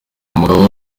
umugabo